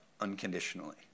Unconditionally